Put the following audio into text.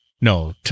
No